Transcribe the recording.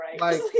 right